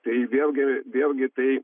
tai vėlgi vėlgi tai